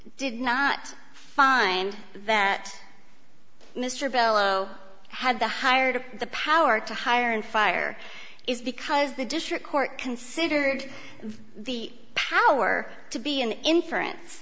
did not find that mr billow had the hired the power to hire and fire is because the district court considered the power to be an inference